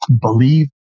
believe